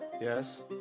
Yes